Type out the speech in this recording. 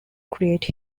create